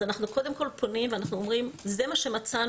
אז אנחנו קודם כל פונים ואומרים: זה מה שמצאנו,